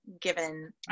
given